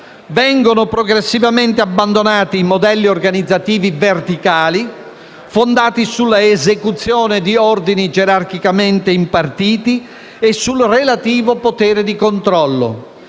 Vengono progressivamente abbandonati i modelli organizzativi verticali, fondati sull'esecuzione di ordini gerarchicamente impartiti e sul relativo potere di controllo;